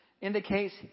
indicates